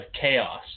chaos